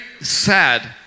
sad